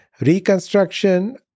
Reconstruction